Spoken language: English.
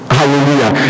Hallelujah